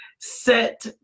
set